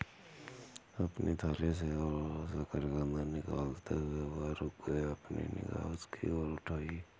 अपनी थाली से और शकरकंद निकालते हुए, वह रुक गया, अपनी निगाह उसकी ओर उठाई